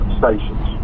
stations